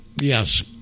Yes